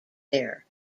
there